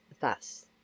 thus